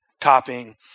copying